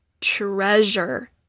treasure